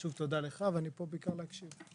שוב, תודה לך ואני כאן בעיקר כדי להקשיב.